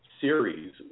series